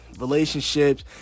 relationships